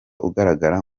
ugaragara